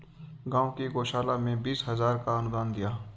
गांव की गौशाला में बीस हजार का अनुदान दिया